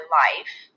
life